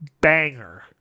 banger